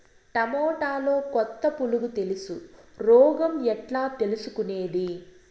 టమోటాలో కొత్త పులుగు తెలుసు రోగం ఎట్లా తెలుసుకునేది?